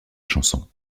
chanson